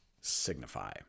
signify